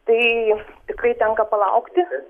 tai tikrai tenka palaukti